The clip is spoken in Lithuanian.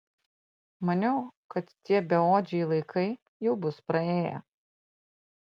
maniau kad tie beodžiai laikai jau bus praėję